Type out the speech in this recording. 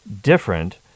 different